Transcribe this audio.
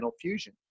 fusion